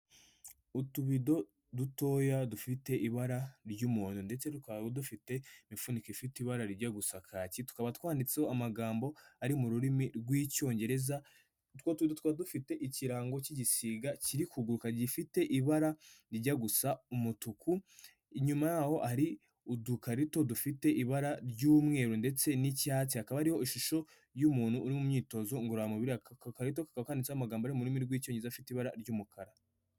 Utubido dutoya dufite ibara ry'umuhondo ndetse tukaba dufite imifuniko ifite ibara rijya gusa kaki, tukaba twanditseho amagambo ari mu rurimi rw'icyongereza, utwo tubido tukaba dufite ikirango cy'igisiga kiri kuguruka gifite ibara rijya gusa umutuku, inyuma yaho hari udukarito dufite ibara ry'umweru ndetse n'icyatsi, hakaba hariho ishusho y'umuntu uri mu myitozo ngororamubiri, aka gakarito kakaba kanditseho amagambo ari murimi rw'icyongereza afite ibara ry'umukara.